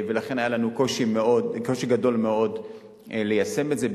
ולכן היה לנו קושי גדול מאוד ליישם את זה.